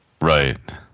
Right